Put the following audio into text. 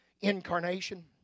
incarnation